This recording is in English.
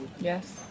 Yes